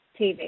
TV